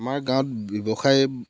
আমাৰ গাঁৱত ব্যৱসায়